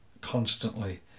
constantly